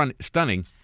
stunning